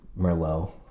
Merlot